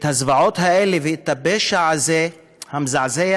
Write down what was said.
הזוועות האלה, והפשע הזה, המזעזע